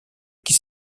qui